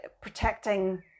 protecting